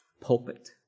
Pulpit